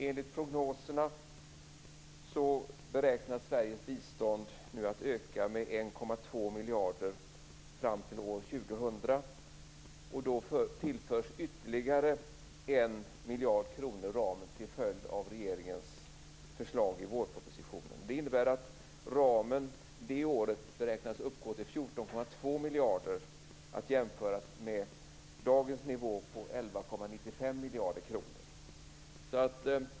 Enligt prognoserna beräknas Sveriges bistånd att öka med 1,2 miljarder kr fram till år 2000. Då tillförs ytterligare 1 miljard kr ramen till följd av regeringens förslag i vårpropositionen. Det innebär att ramen det året beräknas uppgå till 14,2 miljarder kr att jämföras med dagens nivå på 11,95 miljarder kr.